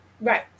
Right